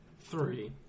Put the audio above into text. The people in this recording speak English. Three